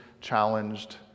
challenged